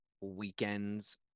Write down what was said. weekends